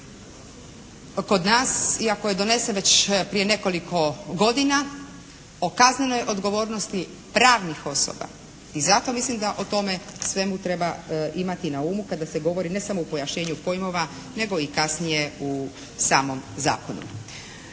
kod nas iako je donesen već prije nekoliko godina o kaznenoj odgovornosti pravnih osoba i zato mislim da o tome svemu treba imati na umu kada se govori ne samo o pojašnjenju pojmova nego i kasnije u samom zakonu.